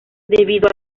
debido